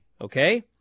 Okay